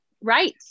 Right